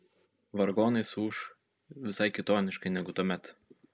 vargonai suūš visai kitoniškai negu tuomet